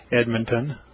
Edmonton